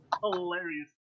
hilarious